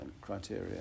criteria